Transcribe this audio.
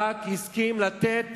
ברק הסכים לתת